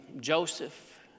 Joseph